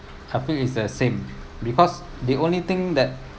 I think is the same because the only thing that